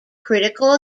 critical